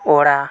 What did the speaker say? ᱚᱲᱟ